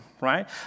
right